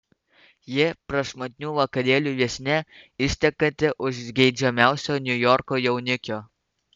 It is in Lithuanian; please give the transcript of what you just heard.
ji prašmatnių vakarėlių viešnia ištekanti už geidžiamiausio niujorko jaunikio